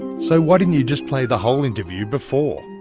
so why didn't you just play the whole interview before?